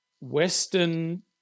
Western